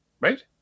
Right